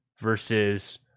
versus